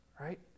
right